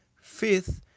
fifth,